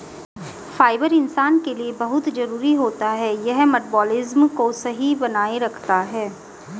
fibre इंसान के लिए बहुत जरूरी होता है यह मटबॉलिज़्म को भी सही बनाए रखता है